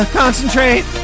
concentrate